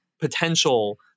potential